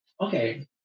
Okay